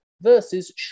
versus